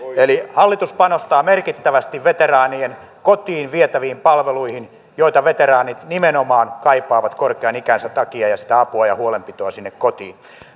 hallitus panostaa merkittävästi veteraanien kotiin vietäviin palveluihin joita veteraanit nimenomaan kaipaavat korkean ikänsä takia eli sitä apua ja huolenpitoa sinne kotiin